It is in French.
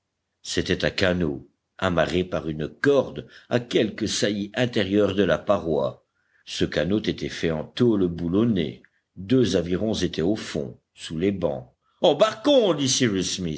c'était un canot amarré par une corde à quelque saillie intérieure de la paroi ce canot était fait en tôle boulonnée deux avirons étaient au fond sous les bancs embarquons dit